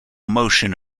motion